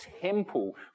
temple